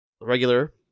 regular